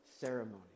ceremony